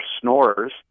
snorers